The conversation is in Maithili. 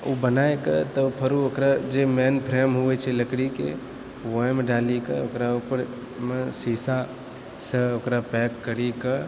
ओ बनाकऽ तब फेरो ओकरा जे मेन फ्रेम होइ छै लकड़ीके ओहिमे डालिके ओकरा उपरमे शीशासँ ओकरा पैक करिकऽ